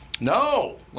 No